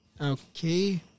Okay